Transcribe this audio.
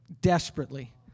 Desperately